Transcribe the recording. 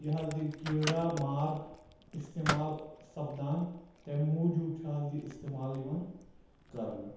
یہِ حظ یہِ کیٖڑا مارد استعمال سپدان تمہِ موٗجوٗب چھُ حظ یہِ استعمال یِوان کرنہٕ